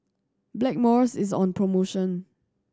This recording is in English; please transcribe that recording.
Blackmores is on promotion